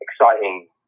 exciting